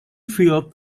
filed